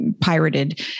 pirated